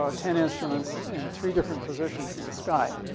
ah ten instruments and three different positions of the sky.